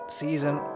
season